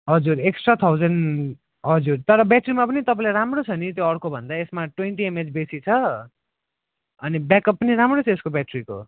हजुर extra thousand हजुर तर ब्याट्रीमा पनि तपाईँले राम्रो छ नि त्यो अर्कोभन्दा यसमा ट्वेन्टी एमएएच बेसी छ अनि ब्याकअप पनि राम्रो छ यसको ब्याट्रीको